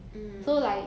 mm